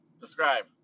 describe